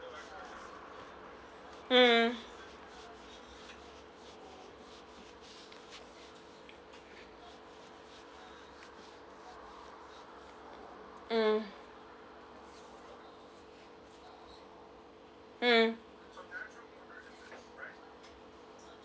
mm mm mm